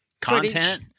Content